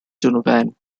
donovan